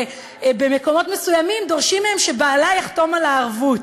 ובמקומות מסוימים דורשים מהן שהבעל יחתום על הערבות.